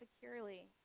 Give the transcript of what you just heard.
securely